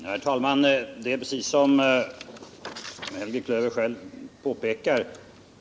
Herr talman! Det är precis som Helge Klöver själv påpekade.